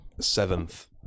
Seventh